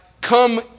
come